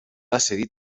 decidir